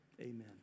amen